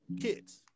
kids